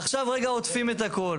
עכשיו רגע עוטפים את הכל.